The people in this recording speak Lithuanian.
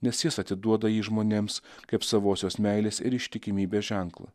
nes jis atiduoda jį žmonėms kaip savosios meilės ir ištikimybės ženklą